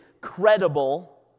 credible